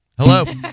Hello